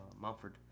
mumford